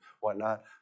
whatnot